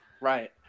right